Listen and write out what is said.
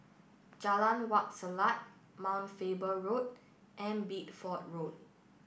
Jalan Wak Selat Mount Faber Road and Bideford Road